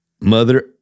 mother